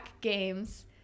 games